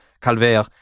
calvaire